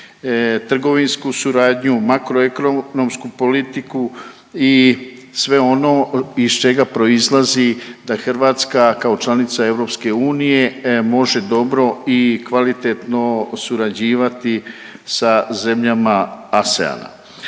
trgovinsku suradnju, makroekonomsku politiku i sve ono iz čega proizlazi da Hrvatska kao članica EU može dobro i kvalitetno surađivati sa zemljama ASEAN-a.